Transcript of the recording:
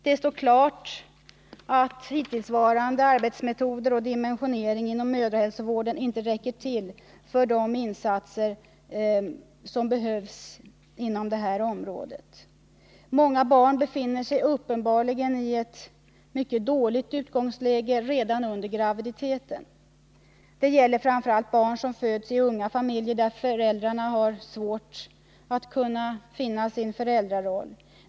Det står klart att hittillsvarande arbetsmetoder och dimensionering inom mödrahälsovården inte räcker till för erforderliga insatser inom detta område. Många barn befinner sig uppenbarligen i ett mycket dåligt utgångsläge redan under graviditeten. Det gäller framför allt barn som föds i unga familjer där föräldrarna har svårt att finna sin föräldraroll.